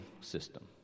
system